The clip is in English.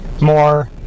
more